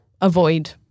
avoid